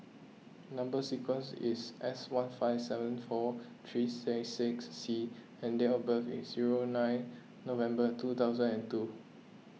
Number Sequence is S one five seven four three nine six C and date of birth is zero nine November two thousand and two